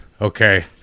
okay